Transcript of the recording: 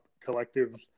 collectives